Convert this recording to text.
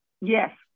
Yes